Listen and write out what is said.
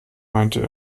meinte